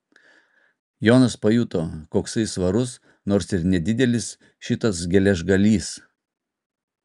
jonas pajuto koksai svarus nors ir nedidelis šitas geležgalys